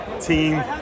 team